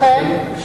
לכן,